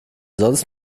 sonst